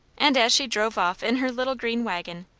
and as she drove off in her little green waggon,